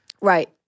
Right